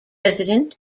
president